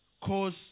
cause